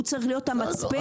הוא צריך להיות המצפן.